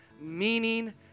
meaning